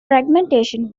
fragmentation